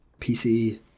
PC